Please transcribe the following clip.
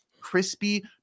crispy